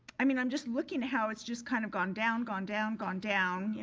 i mean, i'm just looking how it's just kind of gone down, gone down, gone down, you